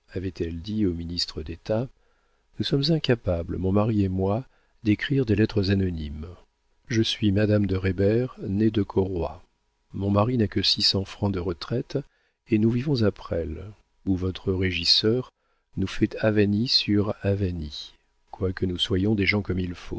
avait-elle dit au ministre d'état nous sommes incapables mon mari et moi d'écrire des lettres anonymes je suis madame de reybert née de corroy mon mari n'a que six cents francs de retraite et nous vivons à presles où votre régisseur nous fait avanies sur avanies quoique nous soyons des gens comme il faut